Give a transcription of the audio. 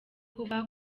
kuba